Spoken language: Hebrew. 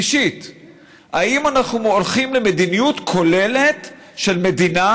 3. האם אנחנו הולכים למדיניות כוללת של מדינה